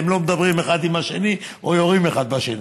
והם לא מדברים אחד עם השני או יורים אחד בשני,